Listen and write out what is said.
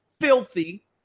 filthy